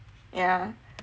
yah